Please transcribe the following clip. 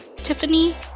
tiffany